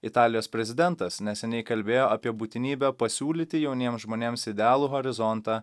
italijos prezidentas neseniai kalbėjo apie būtinybę pasiūlyti jauniems žmonėms idealų horizontą